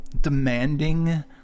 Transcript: demanding